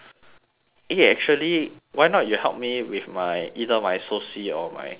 eh actually why not you help me with my either my soci or my psych